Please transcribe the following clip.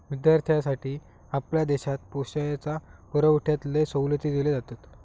विद्यार्थ्यांसाठी आपल्या देशात पैशाच्या पुरवठ्यात लय सवलती दिले जातत